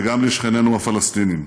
וגם לשכנינו הפלסטינים.